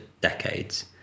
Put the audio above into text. decades